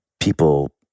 people